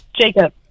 Jacob